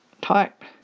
type